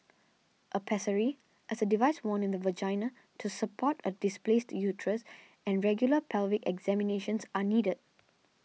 a pessary is a device worn in the vagina to support a displaced uterus and regular pelvic examinations are needed